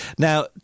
Now